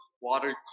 water